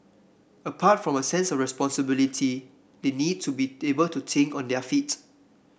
apart from a sense of responsibility they need to be able to think on their feet